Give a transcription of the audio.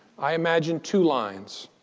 i imagine two lines,